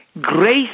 grace